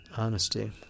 honesty